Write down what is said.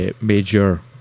major